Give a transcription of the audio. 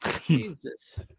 Jesus